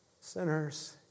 sinners